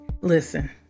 listen